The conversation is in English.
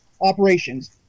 Operations